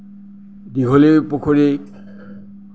দীঘলী পুখুৰী